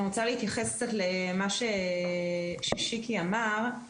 אני רוצה להתייחס קצת למה ששיקי אמר,